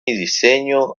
diseño